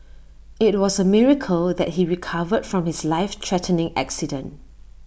IT was A miracle that he recovered from his life threatening accident